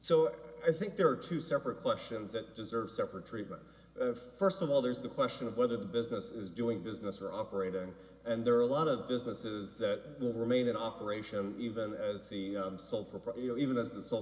so i think there are two separate questions that deserve separate treatment first of all there's the question of whether the business is doing business or operating and there are a lot of businesses that will remain in operation even as the sole proprietor you know even as the sole